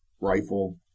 rifle